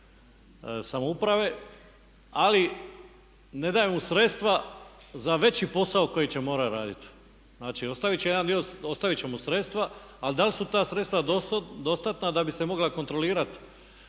samouprave, ali ne daje mu sredstva za veći posao koji će morati raditi. Znači, ostavit će mu sredstva. Ali da li su ta sredstva dostatna da bi se mogla kontrolirati